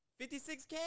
56K